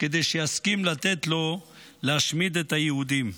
כדי שיסכים לתת לו להשמיד את היהודים.